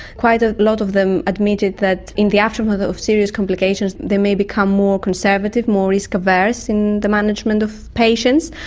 quite a lot of them admitted that in the aftermath of serious complications they may become more conservative, more risk averse in the management of patients.